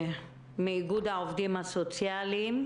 סלי פרנק מאיגוד העובדים הסוציאליים,